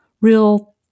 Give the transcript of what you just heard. real